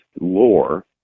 lore